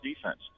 defense